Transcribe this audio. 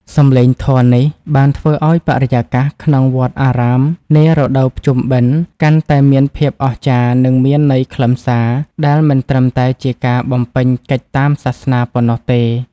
សម្លេងធម៌នេះបានធ្វើឱ្យបរិយាកាសក្នុងវត្តអារាមនារដូវភ្ជុំបិណ្ឌ កាន់តែមានភាពអស្ចារ្យ និងមានន័យខ្លឹមសារ ដែលមិនត្រឹមតែជាការបំពេញកិច្ចតាមសាសនាប៉ុណ្ណោះទេ។